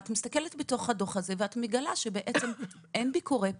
את מסתכלת בתוך הדוח הזה ואת מגלה שבעצם אין ביקורי פתע,